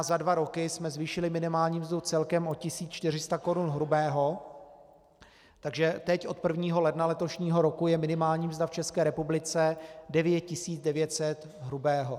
Za dva roky jsme zvýšili minimální mzdu celkem o 1 400 korun hrubého, takže teď od 1. ledna letošního roku je minimální mzda v České republice 9 900 hrubého.